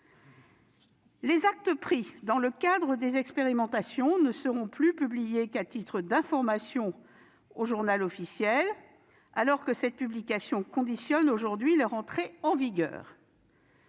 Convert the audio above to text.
Les actes pris dans le cadre des expérimentations ne seront plus publiés qu'à titre d'information au, alors que cette publication conditionne aujourd'hui leur entrée en vigueur.